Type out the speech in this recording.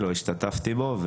לא השתתפתי בו,